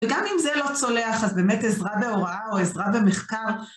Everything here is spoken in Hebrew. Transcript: וגם אם זה לא צולח, אז באמת עזרה בהוראה או עזרה במחקר.